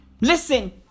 Listen